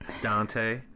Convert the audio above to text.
Dante